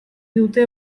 dute